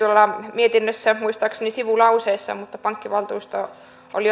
mietinnössä muistaakseni sivulauseessa mutta pankkivaltuusto oli